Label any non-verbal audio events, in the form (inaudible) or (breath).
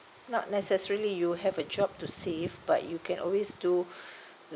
not necessarily you have a job to save but you can always do (breath)